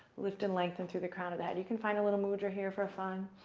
lift and lengthen through the crown of the head. you can find a little mudra here for fun.